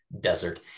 desert